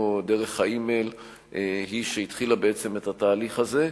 דרך האימייל היא שהתחילה את התהליך הזה.